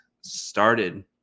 started